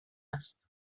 است